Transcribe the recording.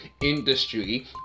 industry